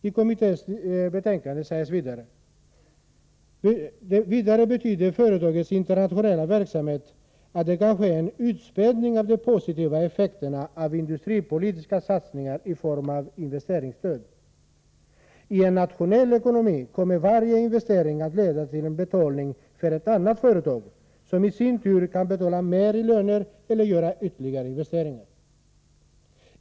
I kommitténs betänkande sägs också: ”Vidare betyder företagens internationella verksamhet att det kan ske en utspädning av de positiva effekterna av industripolitiska satsningar i form av investeringsstöd. I en nationell ekonomi kommer varje investering att leda till en betalning för ett annat företag, som i sin tur kan betala mer i löner eller göra ytterligare investeringar.